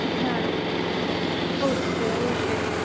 હા okay okay done